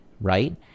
right